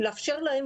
לאפשר להן